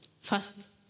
first